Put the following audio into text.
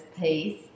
piece